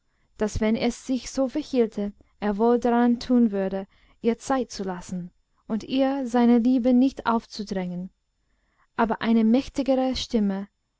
daß wenn es sich so verhielte er wohl daran tun würde ihr zeit zu lassen und ihr seine liebe nicht aufzudrängen aber eine mächtigere stimme